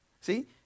See